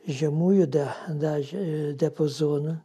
žemųjų daž diapazoną